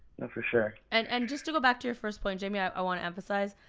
no, for sure. and and just to go back to your first point jamie, i i wanna emphasize.